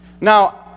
Now